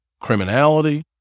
criminality